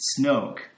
Snoke